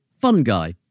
fungi